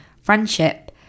friendship